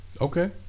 Okay